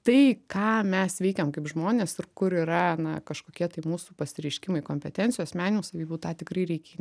tai ką mes veikiam kaip žmonės ir kur yra na kažkokie tai mūsų pasireiškimai kompetencijų asmeninių savybių tą tikrai reikia